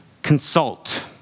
Consult